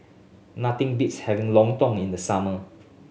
nothing beats having Lontong in the summer